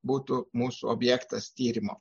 būtų mūsų objektas tyrimo